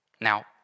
Now